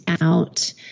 out